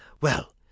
Well